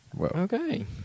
Okay